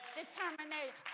determination